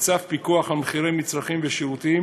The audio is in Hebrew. בצו הפיקוח על מחירי מצרכים ושירותים